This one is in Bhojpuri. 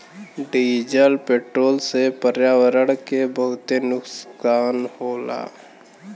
डीजल पेट्रोल से पर्यावरण के बहुते नुकसान होला